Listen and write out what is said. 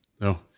No